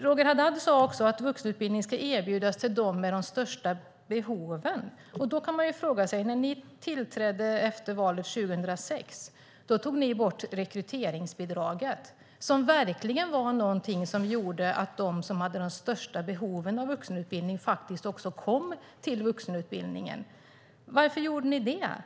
Roger Haddad sade också att vuxenutbildning ska erbjudas dem med de största behoven. När ni tillträdde efter valet 2006 tog ni bort rekryteringsbidraget som verkligen var något som gjorde att de som hade de största behoven av vuxenutbildning faktiskt också kom till vuxenutbildningen. Varför gjorde ni det?